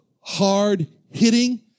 hard-hitting